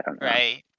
Right